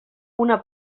una